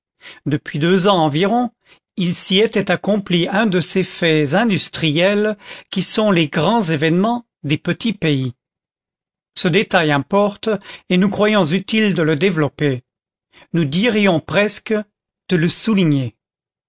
depuis deux ans environ il s'y était accompli un de ces faits industriels qui sont les grands événements des petits pays ce détail importe et nous croyons utile de le développer nous dirions presque de le souligner